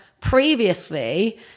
previously